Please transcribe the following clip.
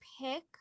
pick